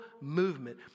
movement